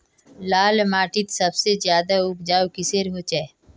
लाल माटित सबसे अच्छा उपजाऊ किसेर होचए?